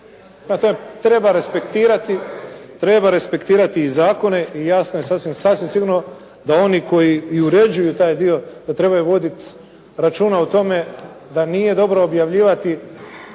kojem. Treba respektirati i zakone i jasno je sasvim sigurno da oni koji i uređuju taj dio, da trebaju voditi računa o tome da nije dobro objavljivati